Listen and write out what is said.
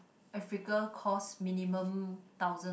Africa cost minimum thousand